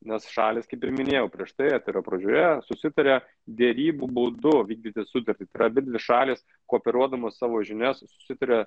nes šalys kaip ir minėjau prieš tai eterio pradžioje susitaria derybų būdu vykdyti sutartį tai yra abidvi šalys kooperuodamos savo žinias susitaria